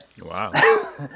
Wow